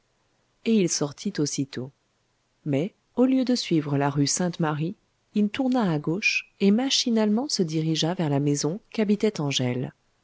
et il sortit aussitôt mais au lieu de suivre la rue sainte marie il tourna à gauche et machinalement se dirigea vers la maison qu'habitait angèle